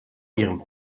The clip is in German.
ihrem